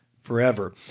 forever